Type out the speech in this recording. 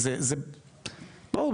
בואו,